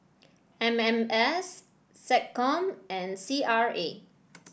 M M S SecCom and C R A